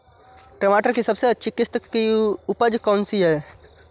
टमाटर की सबसे अच्छी किश्त की उपज कौन सी है?